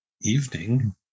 evening